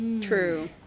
true